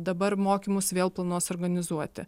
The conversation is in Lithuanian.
dabar mokymus vėl planuos organizuoti